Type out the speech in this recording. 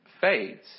fades